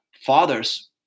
fathers